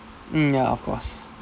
uh ya of course